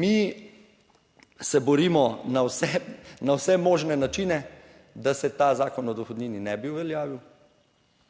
Mi se borimo na vse, na vse možne načine, da se ta Zakon o dohodnini ne bi uveljavil.